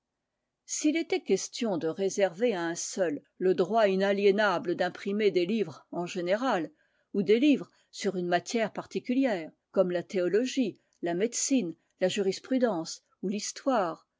s'il était question de réserver à un seul le droit inaliénable d'imprimer des livres en général ou des livres sur une matière particulière comme la théologie la médecine la jurisprudence ou l'histoire